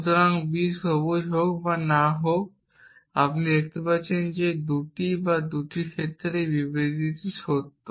সুতরাং b সবুজ হোক বা b সবুজ না হোক আপনি দেখাতে পারেন যে দুটি বা দুটি ক্ষেত্রে এই বিবৃতিটি সত্য